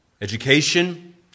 education